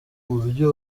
buryo